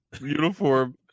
uniform